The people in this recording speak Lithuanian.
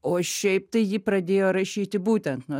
o šiaip tai ji pradėjo rašyti būtent nuo